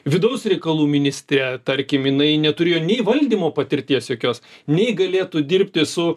vidaus reikalų ministrė tarkim jinai neturi nei valdymo patirties jokios nei galėtų dirbti su